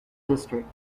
district